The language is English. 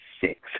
Six